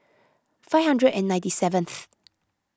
five hundred and ninety seventh